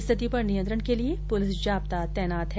स्थिति पर नियंत्रण के लिए पुलिस जाब्ता तैनात है